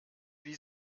wie